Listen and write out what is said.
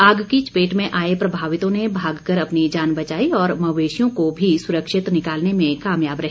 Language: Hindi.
आग की चपेट में आए प्रभावितों ने भाग कर अपनी जान बचाई और मवेशियों को भी सुरक्षित निकालने में कामयाब रहे